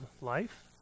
life